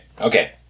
Okay